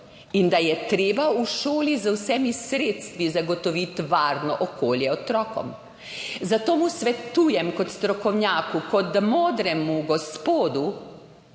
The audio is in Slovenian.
in da je treba v šoli z vsemi sredstvi zagotoviti varno okolje otrokom. Zato mu svetujem kot strokovnjaku, kot modremu gospodu,